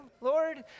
Lord